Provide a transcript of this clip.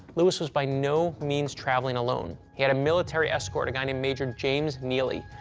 lewis was by no means traveling alone. he had a military escort, a guy named major james neely,